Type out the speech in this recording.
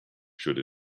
should